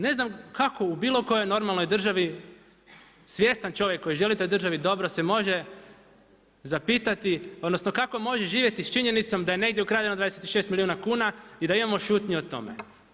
Ne znam kako u bilo kojoj normalnoj državi svjestan čovjek koji želi toj državi dobro se može zapitati, odnosno kako može živjeti s činjenicom da je negdje ukradeno 26 milijuna kuna i da imamo šutnju o tome?